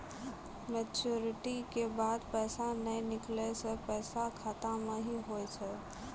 Maturity के बाद पैसा नए निकले से पैसा खाता मे की होव हाय?